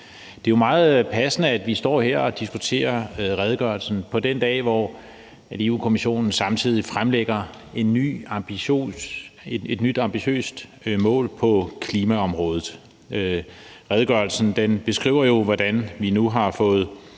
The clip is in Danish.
Det er jo meget passende, at vi står her og diskuterer redegørelsen på den dag, hvor Europa-Kommissionen samtidig fremlægger et nyt ambitiøst mål på klimaområdet. Redegørelsen beskriver jo, hvordan vi nu har fået